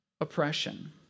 oppression